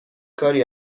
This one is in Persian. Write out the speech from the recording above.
کاری